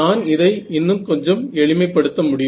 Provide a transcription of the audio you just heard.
நான் இதை இன்னும் கொஞ்சம் எப்படி எளிமைப் படுத்த முடியும்